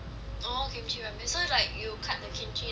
orh kimchi ramen so it's like you cut the kimchi then you